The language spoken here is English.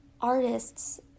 artists